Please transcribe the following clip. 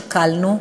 שקלנו,